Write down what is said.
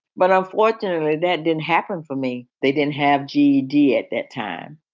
but unfortunately that didn't happen for me they didn't have g d. at that time.